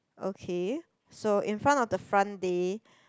okay so in front of the front day